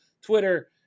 Twitter